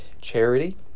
charity